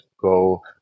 go